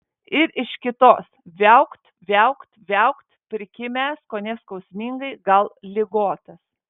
ir iš kitos viaukt viaukt viaukt prikimęs kone skausmingai gal ligotas